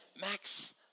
Max